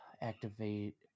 Activate